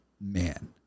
man